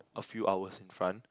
a few hours in front